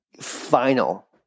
final